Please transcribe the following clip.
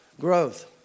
growth